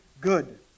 good